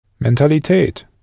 Mentalität